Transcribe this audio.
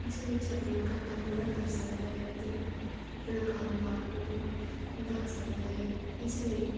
ਉਸ ਵਿੱਚ ਆਪਣਾ ਘਾਟਾ ਪੂਰਾ ਕਰ ਸਕਦਾ ਹੈ ਅਤੇ ਆਪਣਾ ਕਾਰੋਬਾਰ ਹੋਰ ਵਧਾ ਸਕਦਾ ਹੈ ਇਸ ਲਈ